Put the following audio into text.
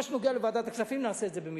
מה שנוגע לוועדת הכספים, נעשה את זה במהירות.